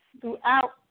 throughout